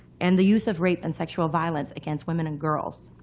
and the use of rape and sexual violence against women and girls.